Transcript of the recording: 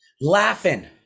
laughing